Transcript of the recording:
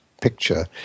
picture